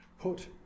Put